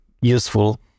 useful